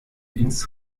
ins